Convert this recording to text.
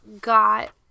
got